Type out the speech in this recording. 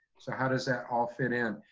so how does that all fit in.